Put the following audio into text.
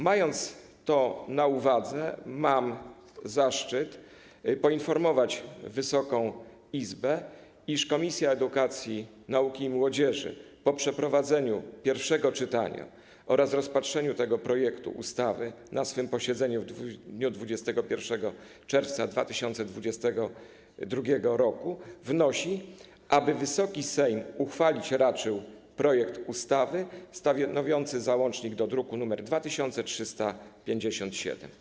Mając to na uwadze, mam zaszczyt poinformować Wysoką Izbę, iż Komisja Edukacji, Nauki i Młodzieży po przeprowadzeniu pierwszego czytania oraz rozpatrzeniu tego projektu ustawy na swym posiedzeniu w dniu 21 czerwca 2022 r. wnosi, aby Wysoki Sejm uchwalić raczył projekt ustawy stanowiący załącznik do druku nr 2357.